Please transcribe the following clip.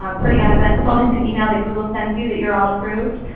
um pretty uneventful. it's an email that google sends you that you're all approved.